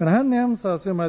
I